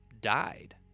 died